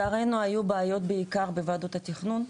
לצערנו היו בעיות בעיקר בוועדות התכנון.